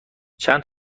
چند